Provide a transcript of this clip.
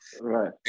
right